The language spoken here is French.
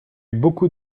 beaucoup